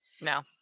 no